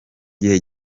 gihe